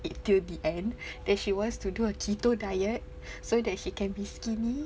till the end then she wants to do a keto diet so that she can be skinny